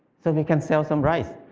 so we can sell some rice.